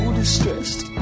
distressed